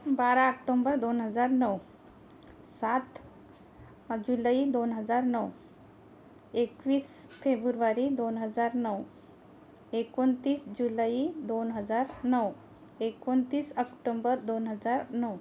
बारा आक्टोंबर दोन हजार नऊ सात जुलई दोन हजार नऊ एकवीस फेबुरवारी दोन हजार नऊ एकोणतीस जुलई दोन हजार नऊ एकोणतीस अक्टोंबर दोन हजार नऊ